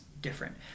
different